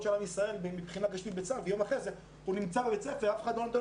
של עם ישראל בצה"ל ויום אחרי כן ילדו נמצא בבית ספר ואף אחד לא נותן